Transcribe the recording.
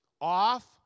off